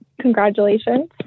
Congratulations